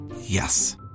Yes